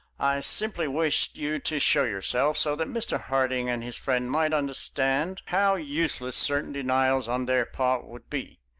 i simply wished you to show yourself so that mr. harding and his friend might understand how useless certain denials on their part would be.